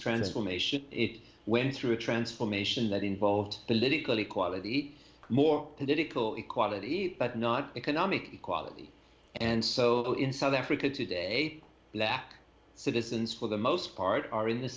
transformation it went through a transformation that involved political equality more political equality but not economic equality and so in south africa today black citizens for the most part are in the